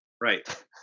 Right